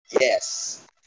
Yes